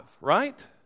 right